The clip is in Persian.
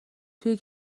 توی